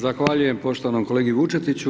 Zahvaljujem poštovanom kolegi Vučetiću.